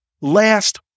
last